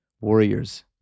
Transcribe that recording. warriors